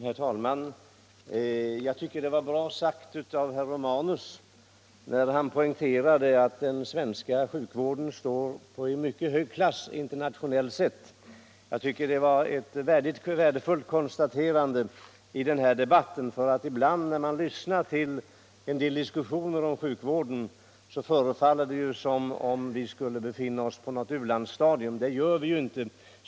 Herr talman! Jag tycker det var bra sagt av herr Romanus när han poängterade att den svenska sjukvården står på en mycket hög nivå internationellt sett. Det var ett värdefullt konstaterande i denna debatt, för ibland när man lyssnar till en del diskussioner om sjukvården, förefaller det som om vi skulle befinna oss på något u-landsstadium. Det gör vi inte.